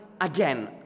again